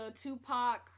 Tupac